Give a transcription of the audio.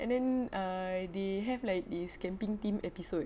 and then ah they have like this camping theme episode